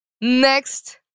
next